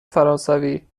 فرانسوی